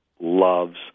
loves